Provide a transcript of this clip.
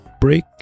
break